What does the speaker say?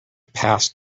past